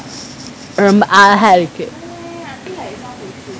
err ரொம்ப அழகா இருக்கு:romba alagaa irukku